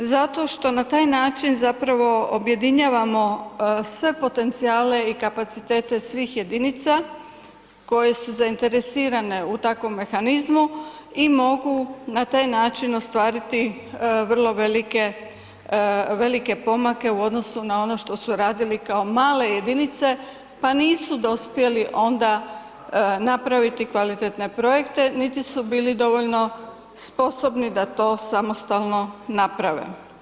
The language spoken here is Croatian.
Zato što na taj način zapravo objedinjavamo sve potencijale i kapacitete svih jedinice koje su zainteresirane u takvom mehanizmu i mogu na taj način ostvariti vrlo velike, velike pomake u odnosu na ono što su radile kao male jedinice pa nisu dospjeli onda napraviti kvalitetne projekte niti su bili dovoljno sposobni da to samostalno naprave.